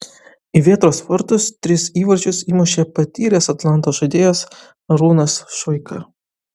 į vėtros vartus tris įvarčius įmušė patyręs atlanto žaidėjas arūnas šuika